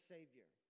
Savior